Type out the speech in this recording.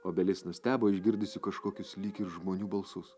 obelis nustebo išgirdusi kažkokius lyg ir žmonių balsus